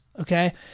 Okay